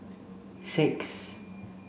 six